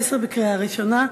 שנייה ושלישית בוועדת החוקה,